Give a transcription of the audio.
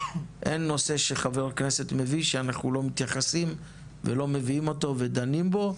אין נושא שחבר כנסת מביא שאנחנו לא מתייחסים ולא מביאים אותו ודנים בו,